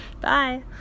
Bye